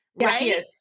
right